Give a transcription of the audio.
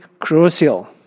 crucial